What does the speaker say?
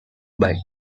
bike